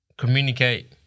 communicate